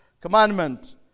commandment